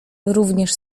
również